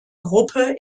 gruppe